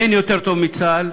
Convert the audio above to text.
אין יותר טוב מצה"ל